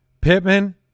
Pittman